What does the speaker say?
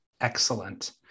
excellent